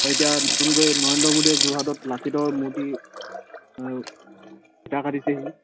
এতিয়া নতুনকৈ নৰেন্দ্ৰ মোদীয়ে যোৰহাটত লাচিতৰ মূৰ্তি ফিটা কাটিছেহি